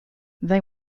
they